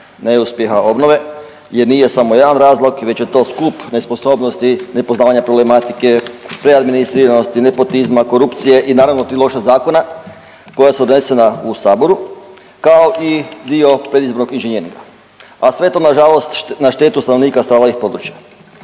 neuspjeha obnove jer nije samo jedan razlog već je to skup nesposobnosti, nepoznavanja problematike, preadministriranosti, nepotizma, korupcije i naravno tih loših zakona koja su donesena u sabora, kao i dio predizbornog inženjeringa, a sve to nažalost na štetu stanovnika stradalih područja.